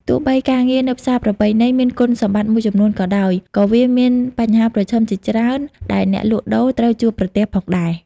ទោះបីការងារនៅផ្សារប្រពៃណីមានគុណសម្បត្តិមួយចំនួនក៏ដោយ ក៏វាមានបញ្ហាប្រឈមជាច្រើនដែលអ្នកលក់ដូរត្រូវជួបប្រទះផងដែរ។